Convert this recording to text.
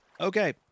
Okay